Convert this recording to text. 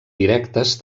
directes